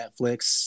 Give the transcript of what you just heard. Netflix